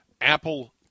Apple